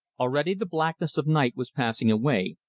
already the blackness of night was passing away,